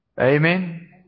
Amen